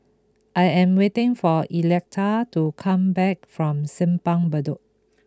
I am waiting for Electa to come back from Simpang Bedok